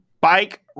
bike